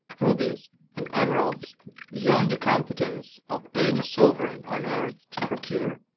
rubies and emeralds beyond the competence of any sovereign on earth to procure.